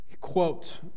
quote